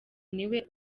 niwe